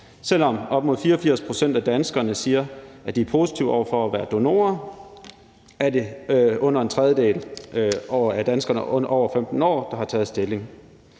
Selv om op mod 84 pct. af danskerne siger, at de er positive over for at være donor, er det under en tredjedel af danskerne over 15 år, der har taget stilling.